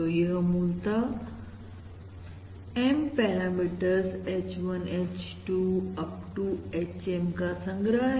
तो यह मूलतः M parameters H1 H2 up to HM का संग्रह है